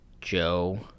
Joe